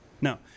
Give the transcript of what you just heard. no